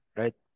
right